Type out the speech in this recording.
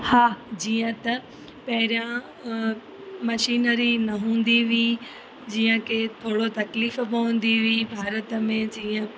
हा जीअं त पहिरियां मशीनरी न हूंदी हुई जीअं की थोरो तकलीफ़ पवंदी हुई भारत में जीअं